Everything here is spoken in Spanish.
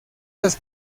las